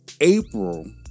April